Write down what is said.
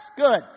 good